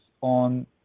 on